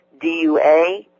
DUA